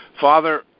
Father